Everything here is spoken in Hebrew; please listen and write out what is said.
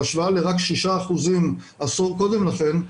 בהשוואה לרק 6% עשור קודם לכן,